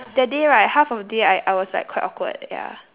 that day right half of the day I I was like quite awkward ya